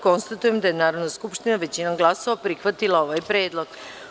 Konstatujem da je Narodna skupština većinom glasovaprihvatila ovaj predlog.